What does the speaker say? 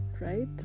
Right